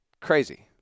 crazy